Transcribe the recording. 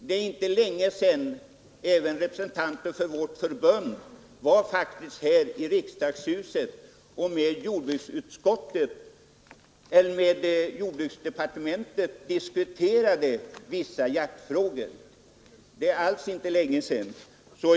Det är inte alls länge sedan representanter för vårt förbund var här i riksdagshuset och diskuterade vissa jaktfrågor med jordbruksdepartementet.